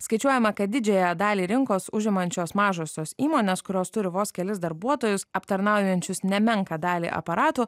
skaičiuojama kad didžiąją dalį rinkos užimančios mažosios įmonės kurios turi vos kelis darbuotojus aptarnaujančius nemenką dalį aparatų